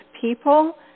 people